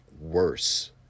worse